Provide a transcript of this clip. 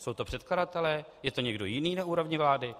Jsou to předkladatelé, je to někdo jiný na úrovni vlády?